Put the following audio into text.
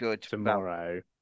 Tomorrow